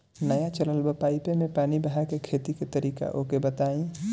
नया चलल बा पाईपे मै पानी बहाके खेती के तरीका ओके बताई?